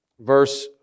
Verse